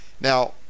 Now